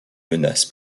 menace